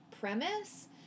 premise